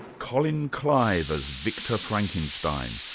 colin clive as victor frankenstein,